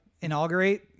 inaugurate